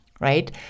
Right